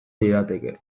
lirateke